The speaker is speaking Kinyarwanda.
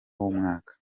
w’umwaka